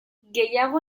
gehiago